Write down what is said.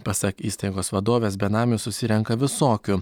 pasak įstaigos vadovės benamių susirenka visokių